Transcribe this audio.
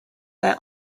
their